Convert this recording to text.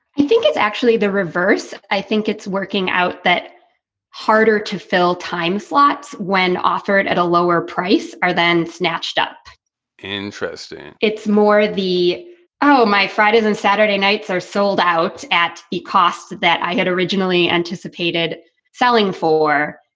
i think it's actually the reverse. i think it's working out that harder to fill time slots when offered at a lower price are then snatched up interest and it's more the oh my friday than saturday nights are sold out at a cost that i had originally anticipated selling for.